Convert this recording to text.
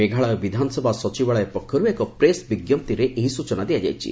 ମେଘାଳୟ ବିଧାନସଭା ସଚିବାଳୟ ପକ୍ଷରୁ ଏକ ପ୍ରେସ୍ ବିଜ୍ଞପ୍ତିରେ ଏହି ସୂଚନା ଦିଆଯାଇଛି